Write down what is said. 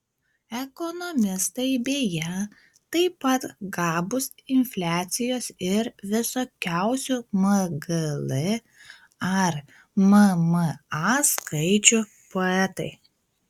ekonomistai beje taip pat gabūs infliacijos ir visokiausių mgl ar mma skaičių poetai